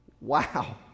Wow